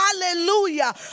hallelujah